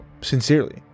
sincerely